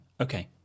Okay